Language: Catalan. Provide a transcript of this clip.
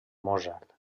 mozart